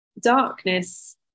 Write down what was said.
darkness